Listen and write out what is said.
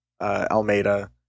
Almeida